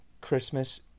Christmas